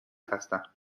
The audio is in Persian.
هستم